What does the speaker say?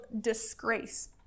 disgrace